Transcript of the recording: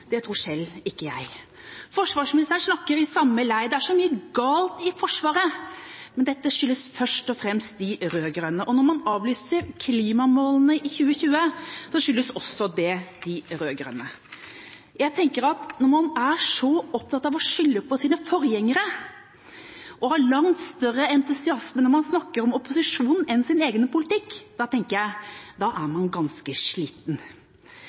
flyktningstrøm, tror selv ikke jeg. Forsvarsministeren snakker i samme lei. Det er så mye galt i Forsvaret, men dette skyldes først og fremst de rød-grønne. Og når man avlyser klimamålene i 2020, skyldes også det de rød-grønne. Når man er så opptatt av å skylde på sine forgjengere, og har langt større entusiasme når man snakker om opposisjonen enn sin egen politikk, da tenker jeg at da er man ganske sliten.